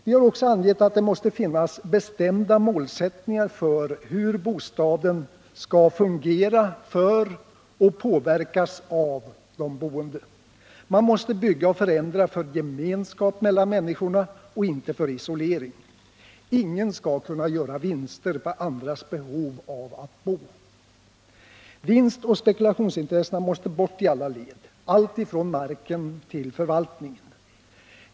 Vi har också angett att det måste finnas bestämda målsättningar för hur bostaden skall fungera för och påverkas av de boende. Man måste bygga och förändra för gemenskap mellan människorna och inte för isolering. Ingen skall kunna göra vinster på andras behov av att bo. Vinstoch spekulationsintressena måste bort i alla led, alltifrån marken till förvaltningen.